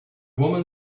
woman